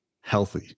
healthy